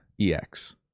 EX